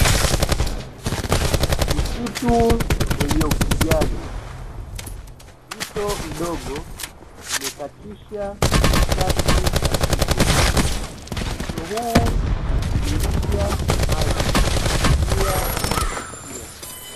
Msitu wenye ukijani, mto mdogo umekatisha katikati ya msitu huu, mto huu unatiririsha maji kwa njia ya kuvutia.